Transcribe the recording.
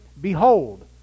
Behold